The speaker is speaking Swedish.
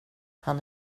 han